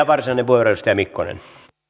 varsinainen puheenvuoro edustaja mikkonen